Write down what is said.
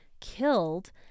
killed